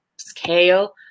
scale